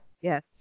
Yes